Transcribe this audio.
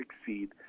succeed